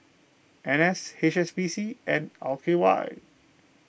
N S H S B C and L K Y